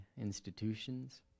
institutions